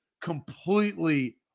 completely